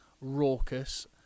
raucous